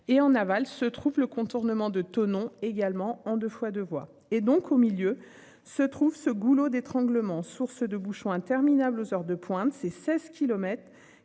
et en aval, se trouve le contournement de Thonon également en 2 fois 2 voies et donc au milieu se trouve ce goulot d'étranglement, source de bouchons interminables aux heures de pointe c'est 16